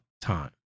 time